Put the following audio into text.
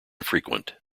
frequent